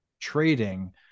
trading